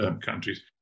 countries